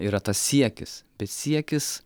yra tas siekis siekis